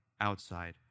outside